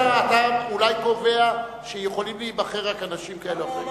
אתה אולי קובע שיכולים להיבחר רק אנשים כאלה או אחרים.